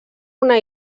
una